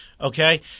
okay